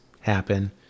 happen